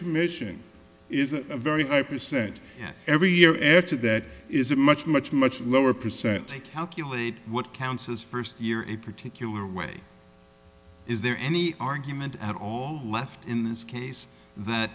commission is a very high percent every year after that is a much much much lower percentage calculate what counts as first year in particular way is there any argument at all left in this case that